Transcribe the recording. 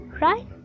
right